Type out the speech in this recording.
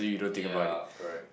ya correct